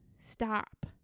stop